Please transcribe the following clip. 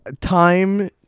Time